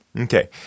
Okay